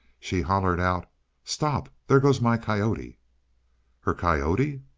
she hollered out stop! there goes my coyote her coyote?